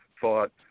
thought